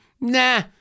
Nah